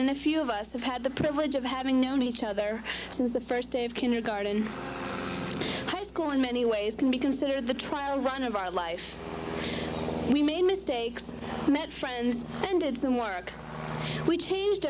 and a few of us have had the privilege of having known each other since the first day of kindergarten high school in many ways can be considered the trial run of our life we made mistakes met friends and did some work we changed